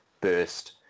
burst